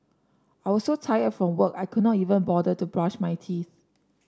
I was so tired from work I could not even bother to brush my teeth